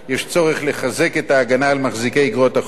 יש צורך לחזק את ההגנה על מחזיקי איגרות החוב,